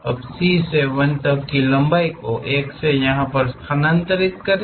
अब C से 1 तक की लंबाई को 1 से यहां स्थानांतरित करें